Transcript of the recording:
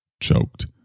choked